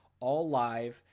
all live.